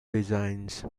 designs